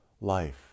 Life